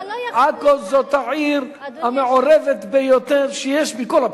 עכו זאת העיר המעורבת ביותר שיש, מכל הבחינות.